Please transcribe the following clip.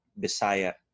Bisaya